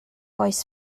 oes